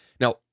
Now